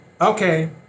okay